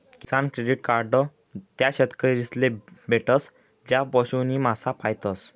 किसान credit card त्या शेतकरीस ले भेटस ज्या पशु नी मासा पायतस